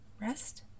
rest